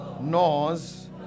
knows